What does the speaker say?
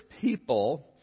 people